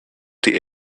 die